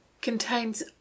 contains